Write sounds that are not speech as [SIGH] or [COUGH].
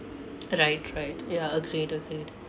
[NOISE] right right ya agreed agreed